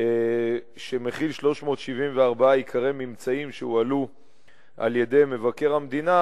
שמכיל 374 עיקרי ממצאים שהועלו על-ידי מבקר המדינה,